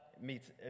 meets